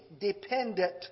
dependent